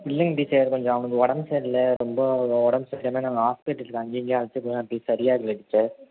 இல்லைங்க டீச்சர் கொஞ்சம் அவனுக்கு உடம்பு சரியில்லை ரொம்ப உடம்பு சரியில்லாமல் நாங்கள் ஹாஸ்ப்பிட்டலுக்கு அங்கையும் இங்கையும் அழைச்சிட்டு போனோம் அப்பிடியும் சரியாகலை டீச்சர்